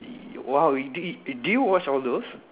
e~ !wow! did you did you watch all those